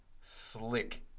slick